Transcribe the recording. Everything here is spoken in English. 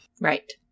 right